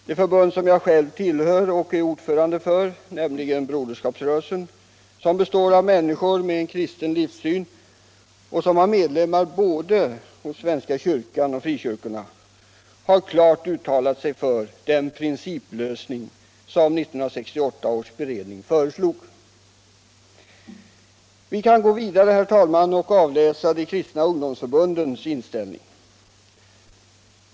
Det förbund som jag själv tillhör och är ordförande i, Broderskapsrörelsen, och som består av människor med kristen livssyn med medlemmar från både svenska kyrkan och frikyrkorna, har klart uttalat sig för en principlösning som 1968 års beredning föreslog. Vi kan gå vidare och avläsa de kristna ungdomsförbundens inställning.